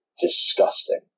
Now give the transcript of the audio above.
disgusting